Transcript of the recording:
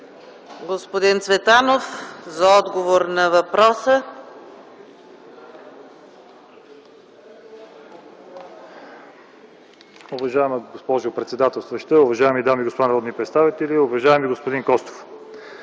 господин Цветанов, за отговор на въпроса.